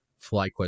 FlyQuest